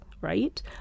Right